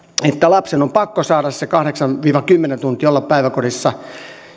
että lapsen on pakko saada se kahdeksan viiva kymmenen tuntia olla päiväkodissa